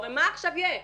הרי מה עכשיו יש?